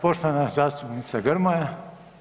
Poštovana zastupnica Grmoja.